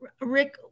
Rick